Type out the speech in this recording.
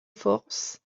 force